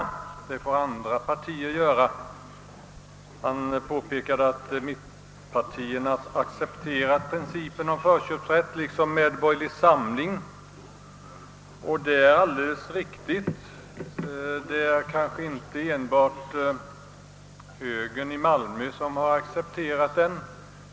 Det fick i så fall andra partier göra, menade inrikesministern, Han påpekade att mittenpartierna liksom medborgerlig samling accepterat principen om förköpsrätten, vilket är alldeles riktigt. Och det är inte enbart högern i Malmö som accepterat förköpsrätten enligt mittenpartiernas modell.